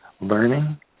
learning